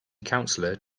councillor